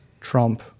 Trump